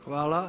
Hvala.